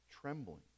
trembling